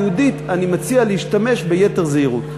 היהודית אני מציע להשתמש ביתר זהירות.